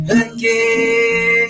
again